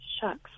Shucks